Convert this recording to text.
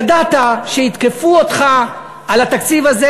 ידעת שיתקפו אותך על התקציב הזה,